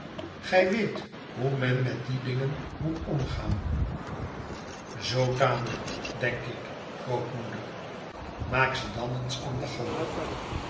gij weet hoe men met die dingen moet omgaan zoo tamelijk denk ik grootmoeder maak ze dan eens aan den gang